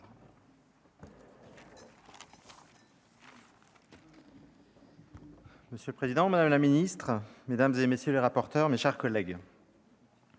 Monsieur le président, madame la ministre, mesdames, messieurs les rapporteurs, mes chers collègues,